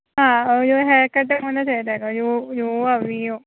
ആ ഒരു ഹെയര് കട്ടും കൂടെ ചെയ്തേക്ക് ഒരു യൂവോ വീയോ